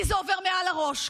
לי זה עובר מעל הראש,